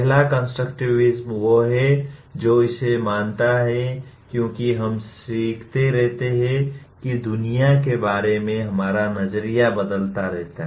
पहला कंस्ट्रक्टिविज़्म वह है जो इसे मानता है क्योंकि हम सीखते रहते हैं कि दुनिया के बारे में हमारा नजरिया बदलता रहता है